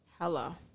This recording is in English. Hello